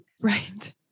Right